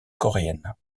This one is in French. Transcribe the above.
coréenne